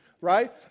Right